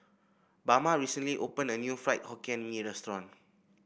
Bama recently opened a new Fried Hokkien Mee restaurant